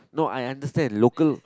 no I understand local